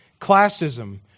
Classism